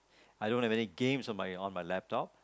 I don't have any games on my on my laptop